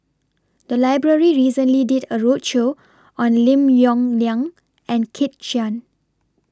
The Library recently did A roadshow on Lim Yong Liang and Kit Chan